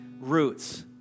roots